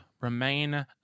remain